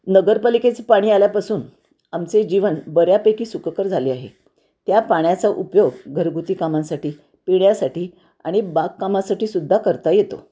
नगरपालिकेचे पाणी आल्यापासून आमचे जीवन बऱ्यापैकी सुखकर झाले आहे त्या पाण्याचा उपयोग घरगुती कामांसाठी पिण्यासाठी आणि बागकामासाठी सुुद्धा करता येतो